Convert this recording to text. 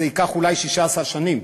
זה ייקח אולי 16 שנים,